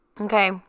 okay